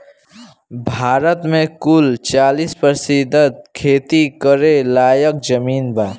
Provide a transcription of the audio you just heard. भारत मे कुल चालीस प्रतिशत खेती करे लायक जमीन बा